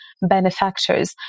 benefactors